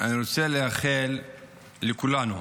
אני רוצה לאחל לכולנו,